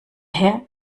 herr